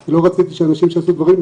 כי לא רציתי שאנשים שעשו דברים,